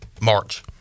march